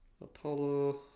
Apollo